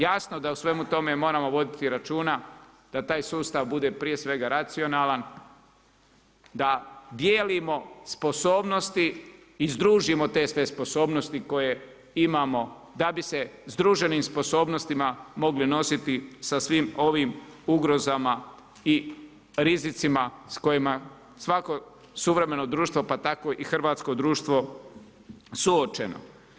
Jasno da u svemu tome moramo voditi računa da taj sustav bude prije svega racionalan, da dijelimo sposobnosti i združimo te sve sposobnosti koje imamo, da bi se s združenim sposobnostima mogli nositi sa svim ovim ugrozama i rizicima s kojima svako suvremeno društvo pa tako i hrvatsko društvo suočeno.